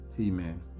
Amen